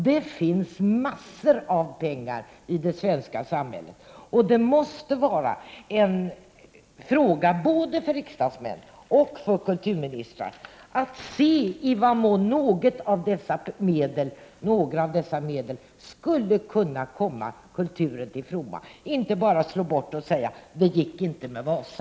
Det finns massor av pengar i det svenska samhället. Det måste vara en fråga för både riksdagsmän och kulturministrar att se i vad mån någon del av dessa medel skulle kunna komma kulturen till fromma, inte bara slå bort det hela och säga: Det gick inte med Wasa.